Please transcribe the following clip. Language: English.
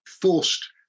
forced